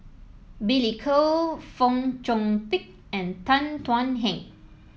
Billy Koh Fong Chong Pik and Tan Thuan Heng